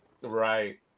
Right